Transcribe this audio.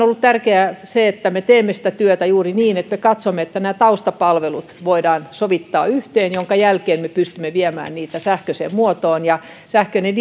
ollut tärkeää että me teemme sitä työtä juuri niin että me katsomme että taustapalvelut voidaan sovittaa yhteen minkä jälkeen me pystymme viemään niitä sähköiseen muotoon sähköinen